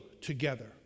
together